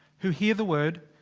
who hear the word.